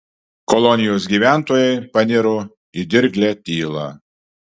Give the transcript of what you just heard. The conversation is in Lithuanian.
kolonijos gyventojai paniro į dirglią tylą